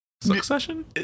succession